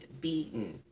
beaten